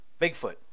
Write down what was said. Bigfoot